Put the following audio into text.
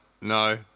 no